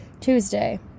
Tuesday